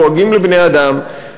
דואגים לבני-אדם,